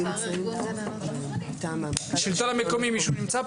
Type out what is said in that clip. נמצא כאן מישהו מהשלטון המקומי?